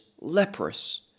leprous